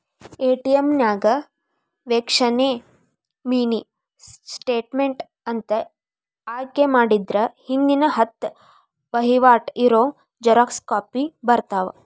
ATM ನ್ಯಾಗ ವೇಕ್ಷಣೆ mini statement ಅಂತ ಆಯ್ಕೆ ಮಾಡಿದ್ರ ಹಿಂದಿನ ಹತ್ತ ವಹಿವಾಟ್ ಇರೋ ಜೆರಾಕ್ಸ್ ಕಾಪಿ ಬರತ್ತಾ